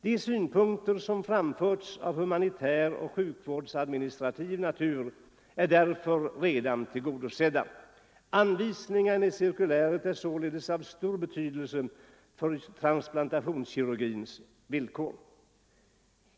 De krav som framförts av humanitär och sjukvårdsadministrativ natur är därför redan tillgodosedda. Anvisningarna i cirkuläret är således av stor betydelse för transplantationskirurgins villkor.